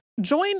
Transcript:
Join